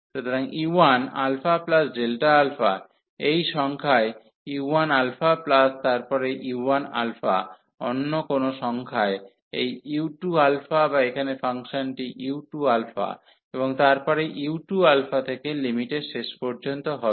সুতরাং u1α এই সংখ্যায় u1 প্লাস তারপরে u1 অন্য কোনও সংখ্যায় এই u2 বা এখানে ফাংশনটি u2 এবং তারপরে u2 থেকে লিমিটের শেষ পর্যন্ত হবে